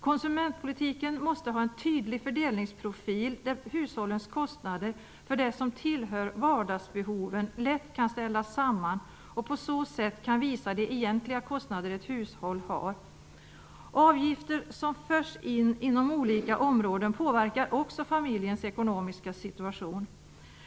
Konsumentpolitiken måste ha en tydlig fördelningsprofil där hushållens kostnader för det som tillhör vardagsbehoven lätt kan ställas samman och på så sätt visa de egentliga kostnader ett hushåll har. Avgifter som förs in på olika områden påverkar också familjens ekonomiska situation.